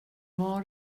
var